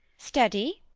steady?